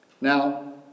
Now